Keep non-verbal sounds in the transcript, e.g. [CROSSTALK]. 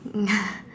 [LAUGHS]